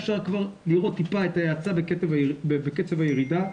אפשר כבר לראות את ההאצה בקצב הירידה,